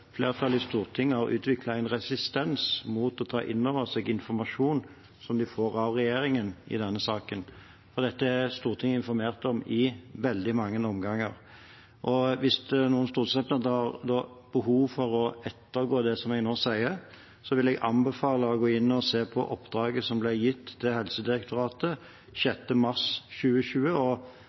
flertallet i Stortinget har utviklet en resistens mot å ta inn over seg informasjon som de får av regjeringen i denne saken, for dette er Stortinget informert om i veldig mange omganger. Hvis noen stortingsrepresentanter har behov for å ettergå det jeg nå sier, vil jeg anbefale å gå inn og se på oppdraget som ble gitt til Helsedirektoratet 6. mars 2020